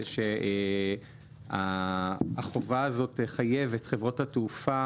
זה שהחובה הזאת תחייב את חברות התעופה